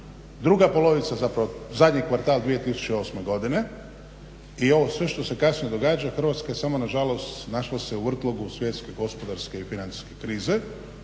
Druga polovica zapravo zadnji kvartal 2008.godine i ovo sve što se kasnije događa Hrvatska je samo nažalost našla se u vrtlogu svjetske gospodarske i financijske krize